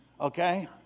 Okay